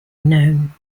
known